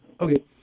Okay